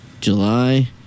July